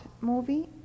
movie